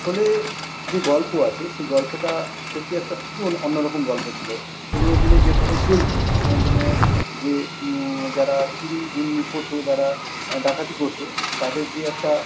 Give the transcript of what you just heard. শোলে যে গল্প আছে সে গল্পটা সত্যি একটা একটু অন্য অন্য রকম গল্প ছিল পুরনো দিনে যেভাবে চলত পুরানো দিনে যে যারা চুরি দুর্নীতি করতো যারা ডাকাতি করতো তাদের যে একটা